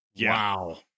Wow